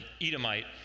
Edomite